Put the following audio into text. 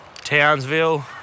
Townsville